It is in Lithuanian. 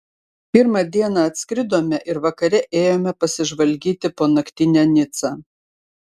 pirmą dieną atskridome ir vakare ėjome pasižvalgyti po naktinę nicą